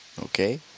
Okay